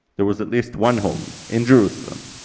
there was at least one home, in jerusalem,